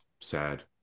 sad